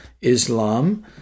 Islam